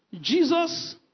Jesus